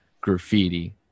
graffiti